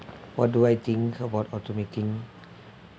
what do I think about automating